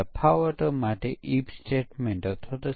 ભાગો કે જે બદલાયા ન હતા તે પરિવર્તન પછી કેમ કામ કરવાનું બંધ કરી શકે